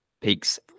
Peaks